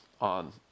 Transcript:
on